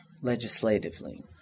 legislatively